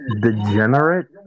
degenerate